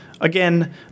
Again